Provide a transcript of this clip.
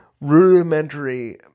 rudimentary